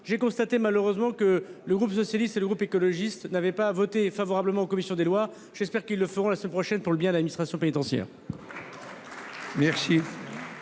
J’ai malheureusement constaté que le groupe socialiste et le groupe écologiste n’avaient pas voté favorablement en commission des lois… J’espère qu’ils le feront la semaine prochaine, pour le bien de l’administration pénitentiaire.